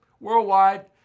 Worldwide